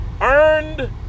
Earned